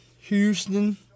Houston